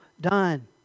done